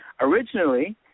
originally